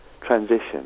transition